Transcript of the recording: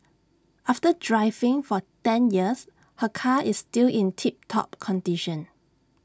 after driving for ten years her car is still in tip top condition